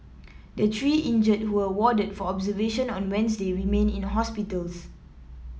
the three injured who were warded for observation on Wednesday remain in hospitals